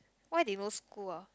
why they no school oh